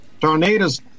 tornadoes